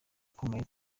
ukomeye